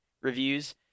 reviews